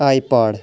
I pod